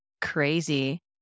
crazy